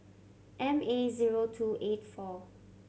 M A zero two eight four